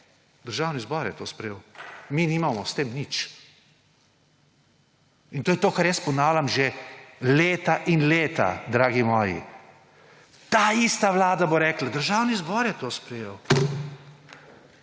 »Državni zbor je to sprejel, mi nimamo s tem nič«. In to je to, kar jaz ponavljam že leta in leta, dragi moji. Ta ista vlada bo rekla, Državni zbor je to sprejel.